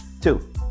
two